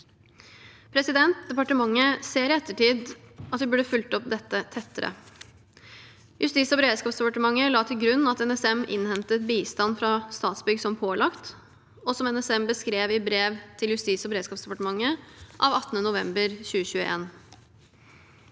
prosessen. Departementet ser i ettertid at vi burde fulgt opp dette tettere. Justis- og beredskapsdepartementet la til grunn at NSM innhentet bistand fra Statsbygg som pålagt, og som NSM beskrev i brev til Justis- og beredskapsdepartementet av 18. november 2021.